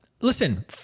listen